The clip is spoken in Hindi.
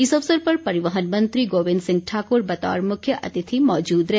इस अवसर पर परिवहन मंत्री गोविंद सिंह ठाकुर बतौर मुख्य अतिथि मौजूद रहे